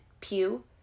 pew